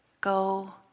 go